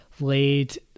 laid